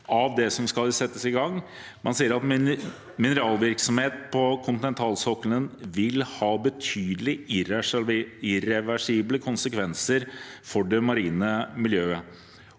det som skal settes i gang. Man sier at mineralvirksomhet på kontinentalsokkelen «vil ha betydelige irreversible konsekvenser for det marine miljøet».